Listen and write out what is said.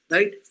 Right